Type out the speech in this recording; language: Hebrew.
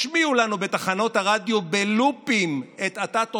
ישמיעו לנו בתחנות הרדיו בלופים את "אתה תותח,